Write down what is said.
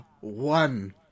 one